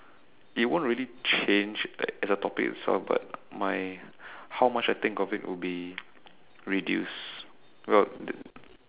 it won't really change like as a topic itself but my how much I think of it will be reduced well